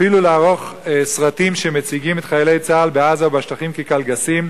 אפילו לערוך סרטים שמציגים את חיילי צה"ל בעזה ובשטחים כקלגסים.